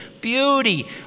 beauty